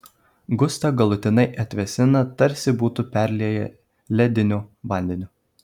gustą galutinai atvėsina tarsi būtų perlieję lediniu vandeniu